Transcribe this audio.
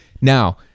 Now